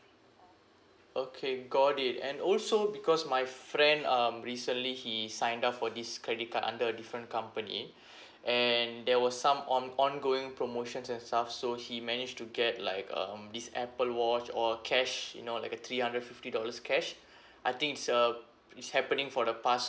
okay got it and also because my friend um recently he signed up for this credit card under a different company and there was some on~ ongoing promotions and stuff so he managed to get like um this apple watch or cash you know like a three hundred fifty dollars cash I think it's uh it's happening for the past